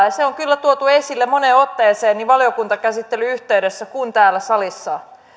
ja se on kyllä tuotu esille moneen otteeseen niin valiokuntakäsittelyn yhteydessä kuin täällä salissa